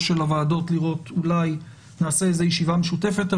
של הוועדות לראות אולי נעשה ישיבה משותפת.